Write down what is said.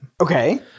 Okay